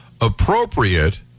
appropriate